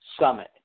summit